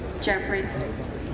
Jeffries